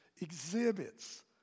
exhibits